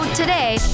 today